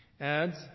adds